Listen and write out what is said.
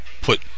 put